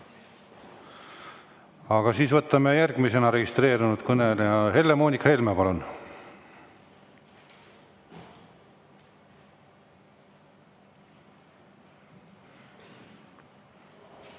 Aga siis võtame järgmise registreerunud kõneleja. Helle-Moonika Helme, palun!